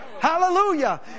Hallelujah